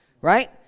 right